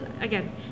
again